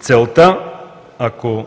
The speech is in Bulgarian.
Целта, ако